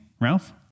Ralph